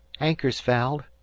anchor's fouled.